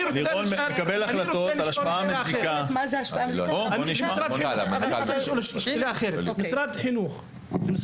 אני רוצה לשאול שאלה אחרת את משרד החינוך.